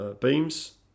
beams